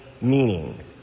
meaning